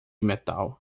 metal